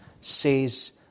says